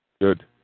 Good